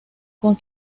con